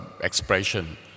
expression